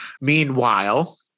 Meanwhile